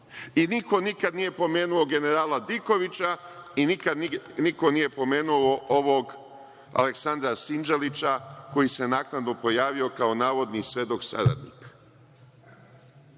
Niko nikada nije pomenuo generala Dikovića i niko nije pomenuo ovog Aleksandra Sinđelića koji se naknadno pojavio kao navodni svedok saradnik. Dakle,